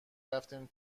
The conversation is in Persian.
رفتیم